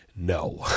No